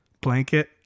blanket